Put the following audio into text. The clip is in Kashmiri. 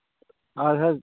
اَدٕ حظ